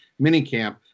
minicamp